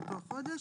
באותו החודש.".